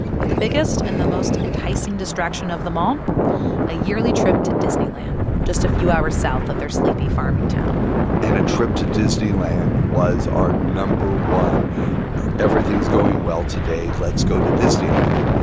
but the biggest and the most enticing distraction of them all a yearly trip to disneyland, just a few hours south of their sleepy farming town and a trip to disneyland was our no. one everything's going well today let's go to disneyland.